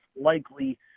likely